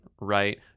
right